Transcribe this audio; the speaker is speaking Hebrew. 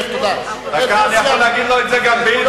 אני יכול להגיד לו את זה גם ביידיש,